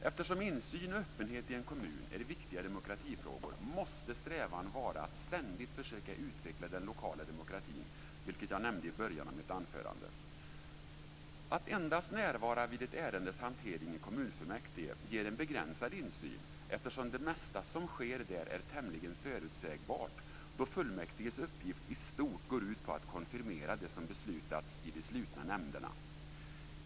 Eftersom insyn och öppenhet i en kommun är viktiga demokratifrågor måste strävan vara att ständigt försöka utveckla den lokala demokratin, vilket jag nämnde i början av mitt anförande. Att endast närvara vid ett ärendes hantering i kommunfullmäktige ger en begränsad insyn eftersom det mesta som sker där är tämligen förutsägbart då fullmäktiges uppgift i stort går ut på att konfirmera det som beslutats i de slutna nämnderna.